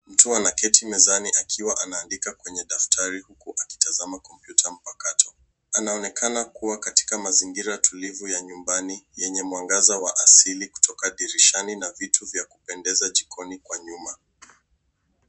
Mtu anaketi mezani akiwa anaandika kwenye daftari huku akitazama kompyuta mpakato. Anaonekana kuwa katika mazingira tulivu ya nyumbani yenye mwangaza wa asili kutoka dirishani na vitu vya kupendeza jikoni kwa nyuma.